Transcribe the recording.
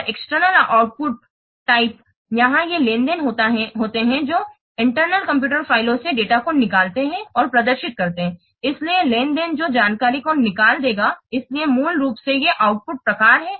और बाहरी आउटपुट प्रकार यहां ये लेन देन होते हैं जो आंतरिक कंप्यूटर फ़ाइलों से डेटा को निकालते हैं और प्रदर्शित करते हैं इसलिए लेनदेन जो जानकारी को निकाल देगा इसलिए मूल रूप से ये आउटपुट प्रकार हैं